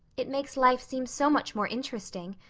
it makes life seem so much more interesting.